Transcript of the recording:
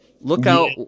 lookout